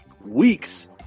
weeks